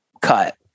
cut